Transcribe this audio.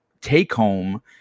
take-home